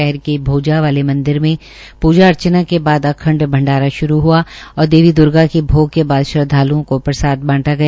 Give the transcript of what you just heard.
शहर के भोजा वाले मंदिर मे पूजा अर्चना के बाद अखंड भंडारा श्रू हआ और देवी दुर्गा के भोग के बाद श्रद्वालूओं में प्रसाद बांटा गया